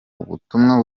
ubutumwa